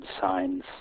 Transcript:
signs